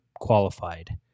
qualified